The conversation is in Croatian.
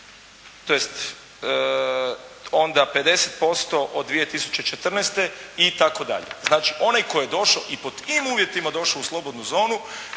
2011., onda 50% od 2014. itd. Znači onaj koji je došao i pod tim uvjetima došao u slobodnu zonu,